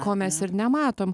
ko mes ir nematom